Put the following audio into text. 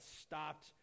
stopped